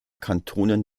kantonen